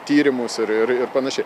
tyrimus ir ir ir panašiai